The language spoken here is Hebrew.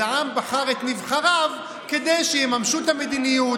אז העם בחר את נבחריו כדי שיממשו את המדיניות,